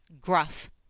gruff